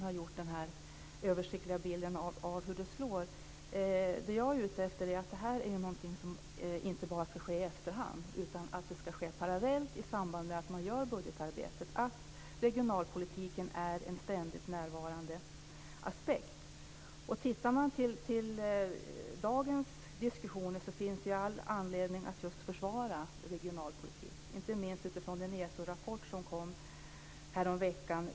Jag vill hänvisa till en DN Debatt-artikel som jag skrev och som var inne den 7 oktober, där jag tog upp just vad interpellanten tar upp här.